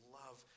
love